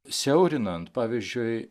siaurinant pavyzdžiui